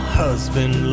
husband